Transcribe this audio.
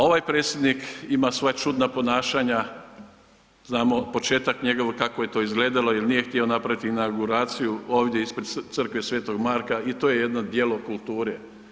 Ovaj predsjednik ima svoja čudna ponašanja, znamo početak njegov kako je to izgledalo jer nije htio napraviti inauguraciju ovdje ispred Crkve sv. Marka i to je jedno djelo kulture.